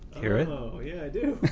hear it? oh, yeah i do!